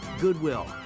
Goodwill